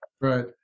Right